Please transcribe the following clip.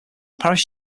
parish